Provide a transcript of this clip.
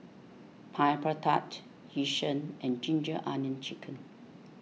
Pineapple Tart Yu Sheng and Ginger Onions Chicken